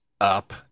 up